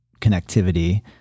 connectivity